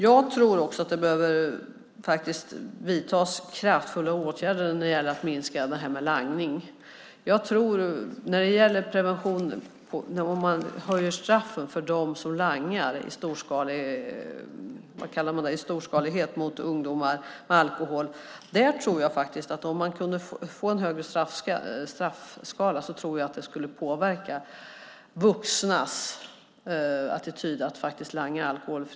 Jag tror också att det behöver vidtas kraftfulla åtgärder för att minska langningen. När det gäller prevention och höjda straff för dem som langar alkohol i stor skala till ungdomar tror jag att det skulle påverka vuxnas attityd till langning av alkohol om man kunde få en högre straffskala.